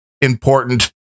important